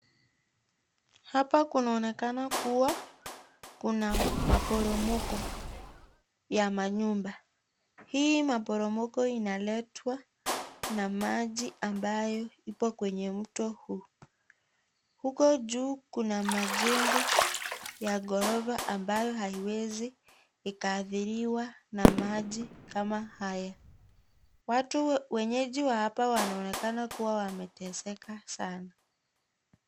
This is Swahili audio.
Hapa kunaonekana kuwa kuna maporomoko ya manyumba. Hii maporomoko inaletwa na maji ambayo ipo kwenye mto huu. Huko juu kuna majengo ya gorofa ambayo haiwezi ikaathiriwa na maji kama haya. Watu wenyeji wa hapa wanaonekana kuwa wameteseka sana.